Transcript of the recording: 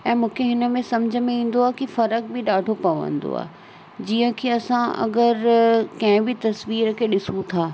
ऐं मूंखे हिन में समुझ में ईंदो आहे कि फ़र्कु बि ॾाढो पवंदो आहे जीअं कि असां अगरि कंहिं बि तस्वीर खे ॾिसूं था